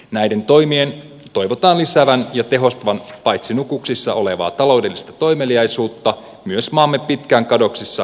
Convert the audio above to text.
näiden toimien toivotaan lisäävän ja tehostavan paitsi nukuksissa olevaa taloudellista toimeliaisuutta myös maamme pitkään kadoksissa ollutta kilpailukykyä